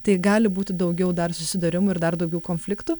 tai gali būti daugiau dar susidūrimų ir dar daugiau konfliktų